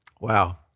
Wow